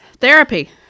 Therapy